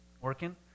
working